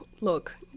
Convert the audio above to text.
look